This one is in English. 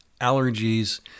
allergies